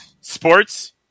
sports